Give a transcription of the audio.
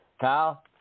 Kyle